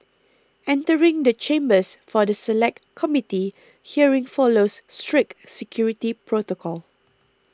entering the chambers for the Select Committee hearing follows strict security protocol